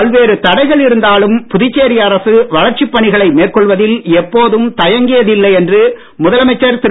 பல்வேறு தடைகள் இருந்தாலும் புதுச்சேரி அரசு வளர்ச்சிப் பணிகளை மேற்கொள்வதில் எப்போதும் தயங்கியதில்லை என்று முதலமைச்சர் திரு